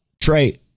Trey